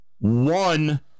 One